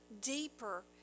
deeper